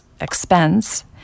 expense